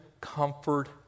comfort